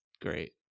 great